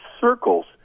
circles